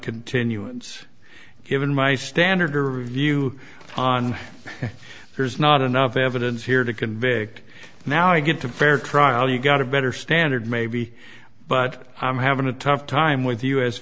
continuance given my standard or review on there's not enough evidence here to convict now i get to fair trial you got a better standard maybe but i'm having a tough time with